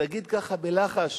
תגיד ככה בלחש